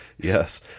Yes